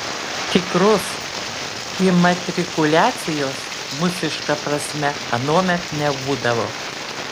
tikros imatrikuliacijos mūsiška prasme anuomet nebūdavo